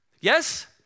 yes